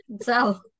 Tell